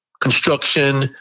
construction